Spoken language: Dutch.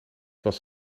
was